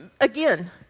again